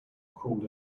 crawled